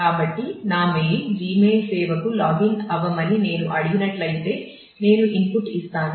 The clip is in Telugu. కాబట్టి నా మెయిల్ Gmail సేవకు లాగిన్ అవ్వమని నేను అడిగినట్లయితే నేను ఇన్పుట్ ఇస్తాను